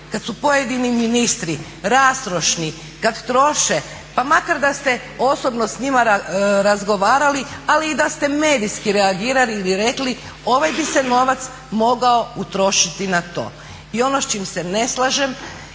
kad su pojedini ministri rastrošni kad troše pa makar da ste osobno s njima razgovarali, ali i da ste medijski reagirali ili rekli ovaj bi se novac mogao utrošiti na to. I ono s čim se ne slažem